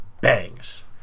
Bangs